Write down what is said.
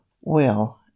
Will